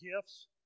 gifts